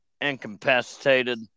incapacitated